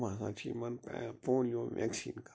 یِم ہسا چھِ یِمن پے پولِیو ویٚکسیٖن کران